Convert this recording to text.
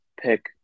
pick